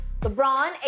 LeBron